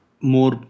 more